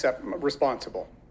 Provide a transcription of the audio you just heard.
responsible